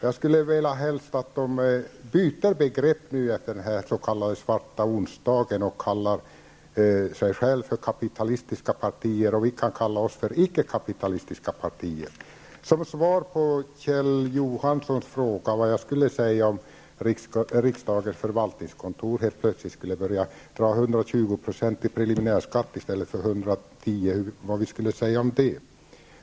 Jag skulle vilja att de nu, efter den s.k. svarta onsdagen, byter begrepp och kallar sig själva för kapitalistiska partier, så kan vi kalla oss för ickekapitalistiska partier. Kjell Johansson frågade vad jag skulle säga om riksdagens förvaltningskontor helt plötsligt skulle börja dra 120 % i preliminärskatt i stället för 110 %.